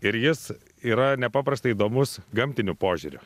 ir jis yra nepaprastai įdomus gamtiniu požiūriu